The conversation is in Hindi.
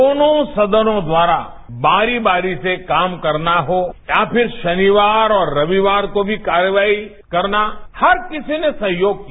दोनों सदनों द्वारा बारी बारी से काम करना हो या फिर शनिवार और रविवार को भी कार्यवाही करना हर किसी ने सहयोग किया